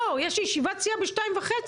יש לי ישיבת סיעה ב-14:30.